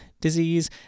disease